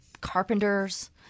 carpenters